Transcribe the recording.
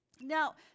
Now